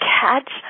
Catch